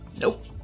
Nope